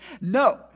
no